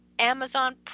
Amazon